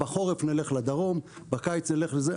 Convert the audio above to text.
בחורף נלך לדרום, בקיץ נלך לזה.